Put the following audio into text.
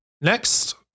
next